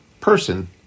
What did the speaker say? person